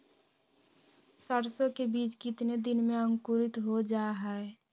सरसो के बीज कितने दिन में अंकुरीत हो जा हाय?